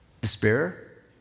Despair